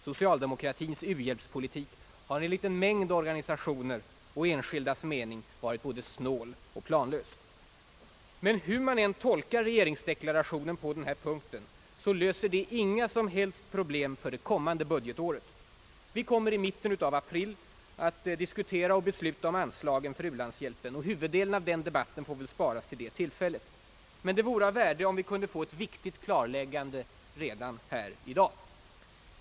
Socialdemokratiens u-hjälpspolitik har enligt en mängd organisationers och enskildas mening varit både snål och planlös. Men hur man än tolkar regeringsdeklarationen på denna punkt, löser det inga som helst problem för det kommande budgetåret. Vi kommer i mitten av april att diskutera och besluta om anslagen för u-landshjälpen. Huvuddelen av den debatten får väl sparas till det tillfället. Men det vore av värde, om vi kunde få ett viktigt klarläggande redan i dag.